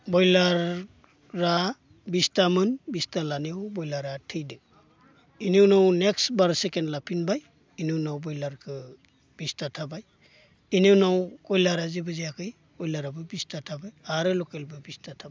बयलारा बिसथामोन बिसथा लानायाव बयलारा थैदों बेनि उनाव नेक्स्ट बार सेखेन्द लाफिनबाय बेनि उनाव बयलारखौ बिसथा थाबाय बेनि उनाव खयलारा जेबो जायाखै खयलाराबो बिसथा थागोन आरो लखेलबो बिसथा थाबाय